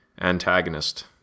antagonist